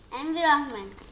environment